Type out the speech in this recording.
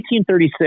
1836